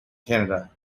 canada